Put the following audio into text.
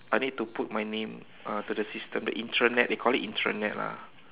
I need to put my name uh to the system the intranet they call it intranet lah